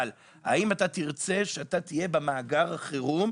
אבל האם אתה תרצה להיות במאגר החירום,